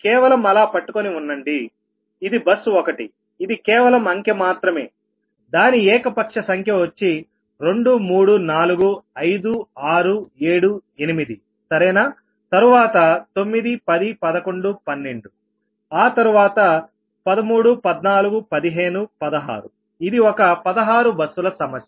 కేవలం అలా పట్టుకొని ఉండండి ఇది బస్ 1ఇది కేవలం అంకె మాత్రమే దాని ఏకపక్ష సంఖ్య వచ్చి 2 3 4 5 6 7 8సరేనా తరువాత 9 10 11 12ఆ తరువాత 13 14 15 16ఇది ఒక 16 బస్సుల సమస్య